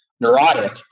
neurotic